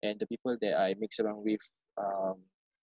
and the people that I mix around with um